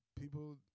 people